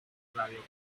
radio